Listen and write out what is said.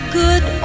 good